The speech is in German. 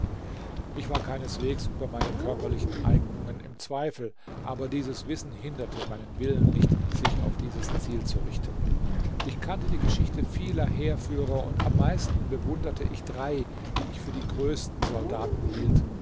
ich war keineswegs über meine körperlichen eignungen im zweifel aber dieses wissen hinderte meinen willen nicht sich auf dieses ziel zu richten ich kannte die geschichte vieler heerführer und am meisten bewunderte ich drei die ich für die größten soldaten hielt